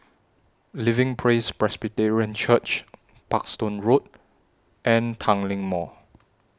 Living Praise Presbyterian Church Parkstone Road and Tanglin Mall